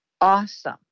awesome